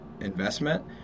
investment